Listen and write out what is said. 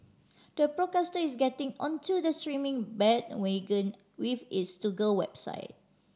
the broadcaster is getting onto the streaming bandwagon with its Toggle website